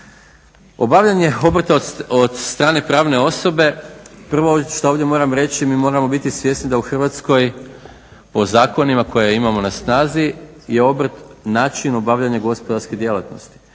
Obavljanje obrta od strane pravne osobe, prvo što ovdje moram reći, mi moramo biti svjesni da u Hrvatskoj po zakonima koje imamo na snazi je obrt način obavljanja gospodarske djelatnosti.